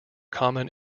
common